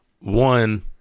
One